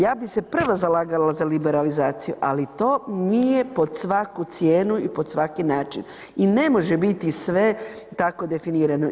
Ja bih se prva zalagala za liberalizaciju ali to nije pod svaku cijenu i pod svaki način i ne može biti sve tako definirano.